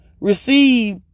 receive